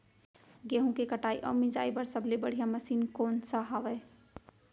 गेहूँ के कटाई अऊ मिंजाई बर सबले बढ़िया मशीन कोन सा हवये?